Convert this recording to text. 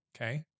Okay